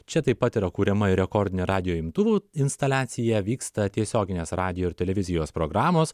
čia taip pat yra kuriama ir rekordinė radijo imtuvų instaliacija vyksta tiesioginės radijo ir televizijos programos